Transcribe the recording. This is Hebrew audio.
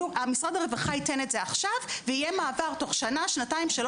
הרווחה ייתן את זה עכשיו ויהיה מעבר תוך שנה-שנתיים-שלוש,